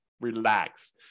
relax